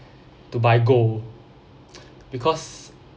to buy gold because